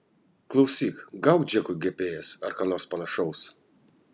klausyk gauk džekui gps ar ką nors panašaus